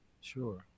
Sure